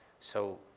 so,